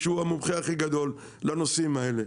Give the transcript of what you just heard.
שהוא המומחה הכי גדול לנושאים האלה.